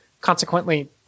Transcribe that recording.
Consequently